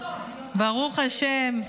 ברוך השם,